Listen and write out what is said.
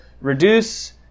reduce